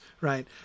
right